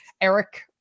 Eric